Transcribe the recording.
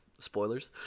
Spoilers